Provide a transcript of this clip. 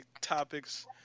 topics